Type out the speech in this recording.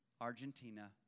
Argentina